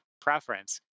preference